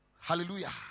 Hallelujah